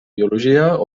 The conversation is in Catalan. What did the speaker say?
biologia